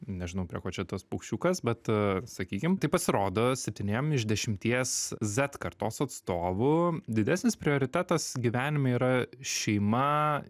nežinau prie ko čia tas paukščiukas bet sakykim tai pasirodo septyniem iš dešimties z kartos atstovų didesnis prioritetas gyvenime yra šeima